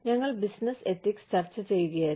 ഞങ്ങൾ business ethics ചർച്ച ചെയ്യുകയായിരുന്നു